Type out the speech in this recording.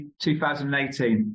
2018